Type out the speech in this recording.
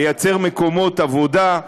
לייצר מקומות עבודה,